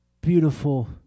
beautiful